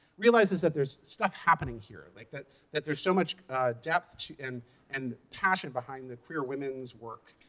realizes that there's stuff happening here, like that that there's so much depth and and passion behind the queer women's work.